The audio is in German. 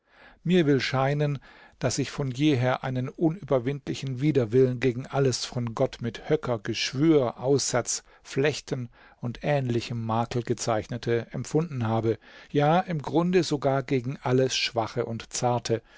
mir will scheinen daß ich von jeher einen unüberwindlichen widerwillen gegen alles von gott mit höcker geschwür aussatz flechten und ähnlichem makel gezeichnete empfunden habe ja im grunde sogar gegen alles schwache und zarte